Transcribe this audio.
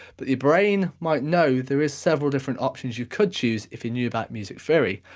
but your brain might know there is several different options you could choose if you knew about music theory.